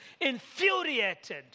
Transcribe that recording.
infuriated